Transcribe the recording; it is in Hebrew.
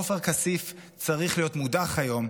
עופר כסיף צריך להיות מודח היום,